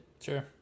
sure